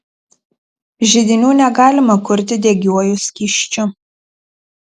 židinių negalima kurti degiuoju skysčiu